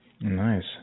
Nice